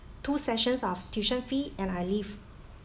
two sessions of tuition fee and I leave